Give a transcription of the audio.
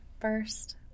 first